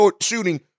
shooting